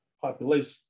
population